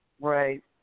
Right